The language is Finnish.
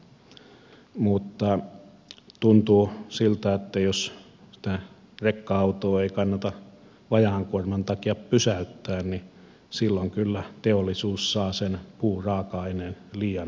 mutta tuntuu siltä että jos sitä rekka autoa ei kannata vajaan kuorman takia pysäyttää niin silloin kyllä teollisuus saa puuraaka aineen liian halvalla